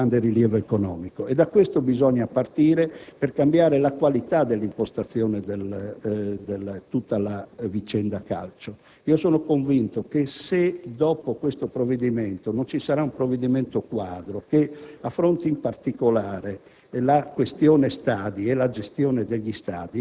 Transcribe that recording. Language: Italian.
più che sportivo, di grande rilievo economico. Da questo bisogna partire per cambiare la qualità dell'impostazione di tutta la vicenda calcio. Sono convinto che se dopo questo provvedimento non vi sarà un provvedimento quadro che affronti in particolare